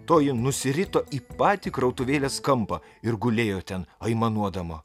toji nusirito į patį krautuvėlės kampą ir gulėjo ten aimanuodama